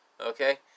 Okay